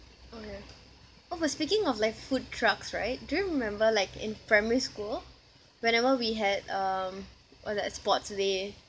oh ya oh but speaking of like food trucks right do you remember like in primary school whenever we had um what's that sports day